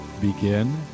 begin